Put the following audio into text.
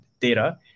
data